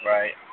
Right